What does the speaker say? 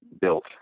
built